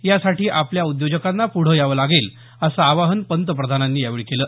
यासाठी आपल्या उद्योजकांना पुढं यावं लागेल असं आवाहन पंतप्रधानांनी यावेळी केलं